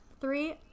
Three